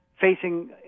facing